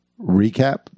recap